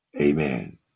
Amen